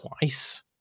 twice